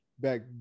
back